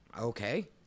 Okay